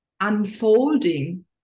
unfolding